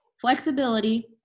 flexibility